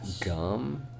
Gum